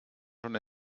schon